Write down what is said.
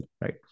right